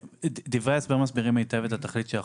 דברי ההסבר מסבירים היטב את התכלית של החוק.